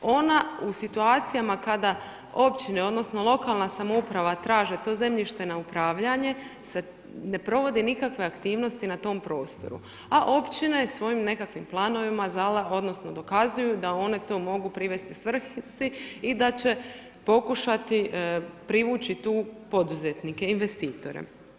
Ona u situacijama kada općine odnosno lokalna samouprava traže to zemljište na upravljanje se ne provodi nikakve aktivnosti na tom prostoru, a općine svojim nekakvim planovima dokazuju da one to mogu privesti svrsi i da će pokušati privući tu poduzetnike, investitore.